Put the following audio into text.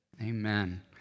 amen